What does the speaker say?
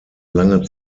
lange